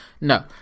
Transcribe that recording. No